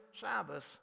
Sabbath